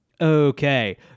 okay